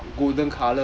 !wah!